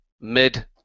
mid